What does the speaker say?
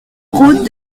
route